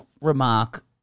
remark